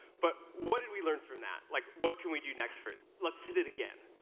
but what did we learn from that? like what can we do next for it? let's hit it again.